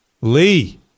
Lee